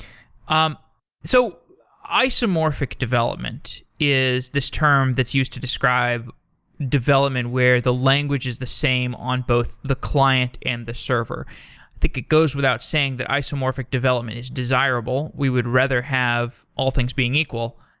um so isomorphic development is this term that's used to describe development where the language is the same on both the client and the server. i think it goes without saying that isomorphic development is desirable. we would rather have all things being equal.